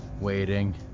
waiting